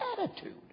attitude